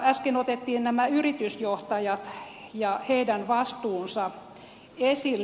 äsken otettiin nämä yritysjohtajat ja heidän vastuunsa esille